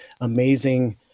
amazing